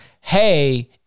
hey